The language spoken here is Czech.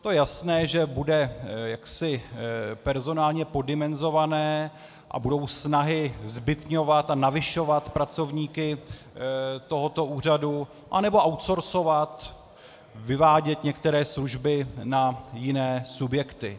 Je jasné, že to bude personálně poddimenzované a budou snahy zbytňovat a navyšovat pracovníky tohoto úřadu, anebo outsourceovat, vyvádět některé služby na jiné subjekty.